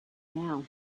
now